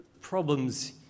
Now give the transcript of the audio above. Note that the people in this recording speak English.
problems